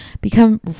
become